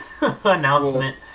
announcement